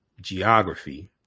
geography